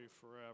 forever